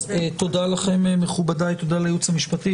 אז תודה לכם, מכובדי, תודה לייעוץ המשפטי.